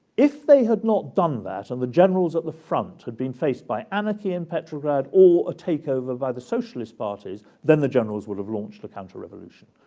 if they had not done that and the generals at the front had been faced by anarchy in petrograd or a takeover by the socialist parties, then the generals would have launched a counter-revolution.